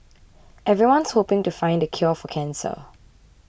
everyone's hoping to find the cure for cancer